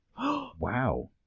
Wow